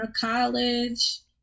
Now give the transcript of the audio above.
college